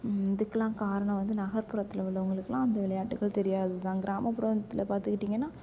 இதுக்குலாம் காரணம் வந்து நகர்ப்புறத்தில் உள்ளவங்களுக்கலாம் அந்த விளையாட்டுக்கள் தெரியாது தான் கிராமப்புறத்தில் பார்த்துக்கிட்டிங்கன்னா